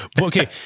okay